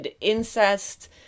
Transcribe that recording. incest